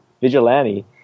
vigilante